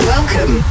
Welcome